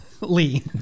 Lee